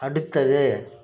அடுத்தது